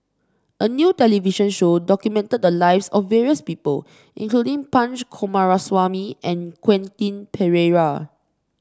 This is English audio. a new television show documented the lives of various people including Punch Coomaraswamy and Quentin Pereira